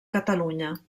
catalunya